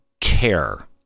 care